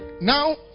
Now